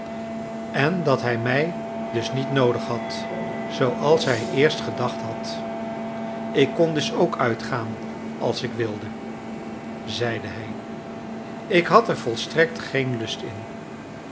en dat hij mij dus niet noodig had zooals hij eerst gedacht had ik kon dus ook uitgaan als ik wilde zeide hij ik had er volstrekt geen lust in